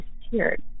disappeared